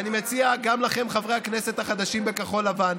אני מציע גם לכם, חברי הכנסת החדשים בכחול לבן,